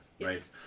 right